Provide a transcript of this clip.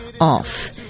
off